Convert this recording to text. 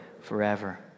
forever